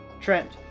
Trent